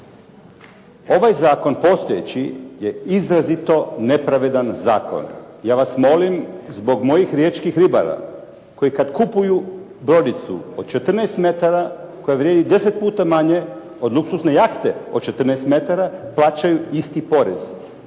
ovaj zakon postojeći je izrazito nepravedan zakon. Ja vas molim zbog mojih riječkih ribara koji kad kupuju brodicu od 14 metara koja vrijedi 10 puta manje od luksuzne jahte od 14 metara, plaćaju isti porez.